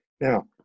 Now